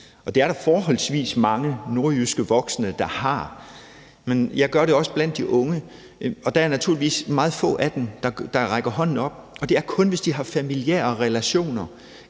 det er der forholdsvis mange nordjyske voksne der har. Jeg gør det også med de unge, og der er naturligvis meget få af dem, der rækker hånden op, og det er kun, hvis de har familiære relationer,